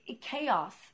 Chaos